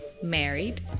Married